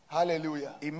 Hallelujah